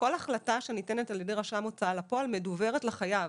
כל החלטה שניתנת על ידי רשם הוצאה לפועל מדוורת לחייב.